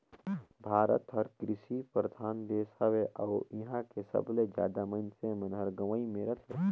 भारत हर कृसि परधान देस हवे अउ इहां के सबले जादा मनइसे मन हर गंवई मे रथें